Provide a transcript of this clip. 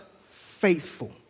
faithful